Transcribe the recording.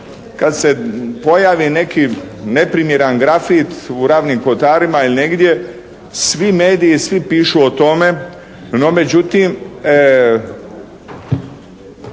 kad se pojavi neki neprimjeran grafit u Ravnim Kotarima ili negdje svi mediji, svi pišu o tome, no međutim